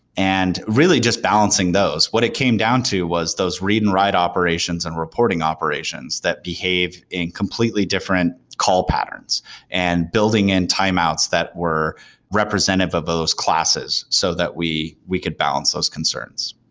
and really, just balancing those. what it came down to was those read and write operations and reporting operations that behave in completely different call patterns and building in timeouts that were representative of those classes so that we we could balance those concerns.